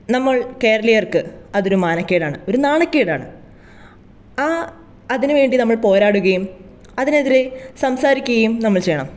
നമ്മൾ കേരളീയർക്ക് അതൊരു മാനക്കേടാണ് ഒരു നാണക്കേടാണ് ആ അതിനു വേണ്ടി നമ്മൾ പോരാടുകയും അതിനെതിരെ സംസാരിക്കുകയും നമ്മൾ ചെയ്യണം